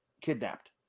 kidnapped